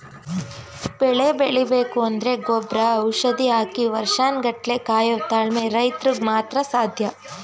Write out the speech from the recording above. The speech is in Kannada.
ಬೆಳೆ ಬೆಳಿಬೇಕು ಅಂದ್ರೆ ಗೊಬ್ರ ಔಷಧಿ ಹಾಕಿ ವರ್ಷನ್ ಗಟ್ಲೆ ಕಾಯೋ ತಾಳ್ಮೆ ರೈತ್ರುಗ್ ಮಾತ್ರ ಸಾಧ್ಯ